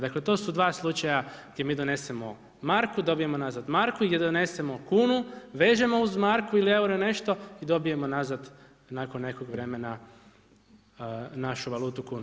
Dakle, to su 2 slučaja gdje mi donesemo marku, dobijemo nazad marku, gdje donesemo kunu, vežemo uz marku ili euro ili nešto i dobijemo nazad nakon nekog vremena našu valutu kunu.